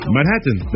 Manhattan